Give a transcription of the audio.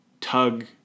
tug